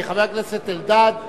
חבר הכנסת אלדד יכול,